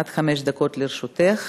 עד חמש דקות לרשותך.